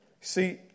See